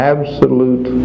Absolute